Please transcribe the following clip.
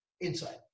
inside